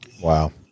Wow